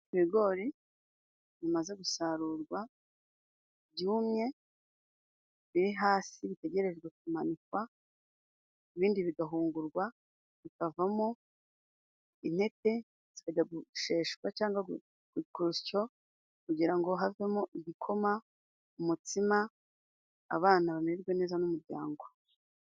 Ibigori bimaze gusarurwa byumye biri hasi bitegerejwe kumanikwa ibindi bigahungurwa, bikavamo intete zijya gusheshwa cyangwa Ku rusyo kugira ngo havemo igikoma, umutsima abana bamererwe neza n'umuryango.